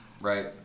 Right